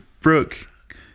Brooke